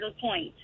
point